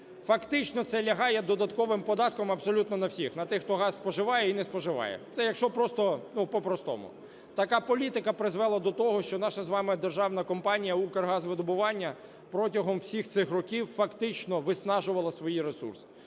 Фактично це лягає додатковим податком абсолютно на всіх: на тих, хто газ споживає і не споживає. Це якщо просто по-простому. Така політики призвела до того, що наша з вами державна компанія "Укргазвидобування" протягом всіх цих років фактично виснажувала свої ресурси.